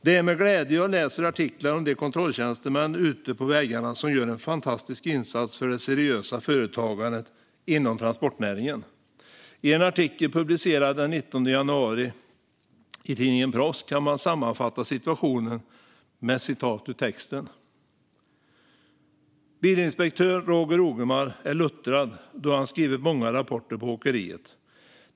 Det är med glädje jag läser artiklar om de kontrolltjänstemän ute på vägarna som gör en fantastisk insats för det seriösa företagandet inom transportnäringen. I en artikel publicerad den 19 januari i tidningen Proffs sammanfattas situationen på följande sätt: "Bilinspektör Roger Ogemar är luttrad då han skrivit många rapporter på åkeriet.